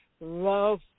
love